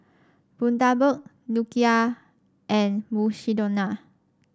Bundaberg Nokia and Mukshidonna